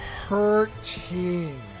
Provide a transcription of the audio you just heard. hurting